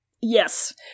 Yes